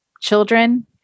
children